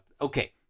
Okay